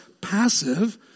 passive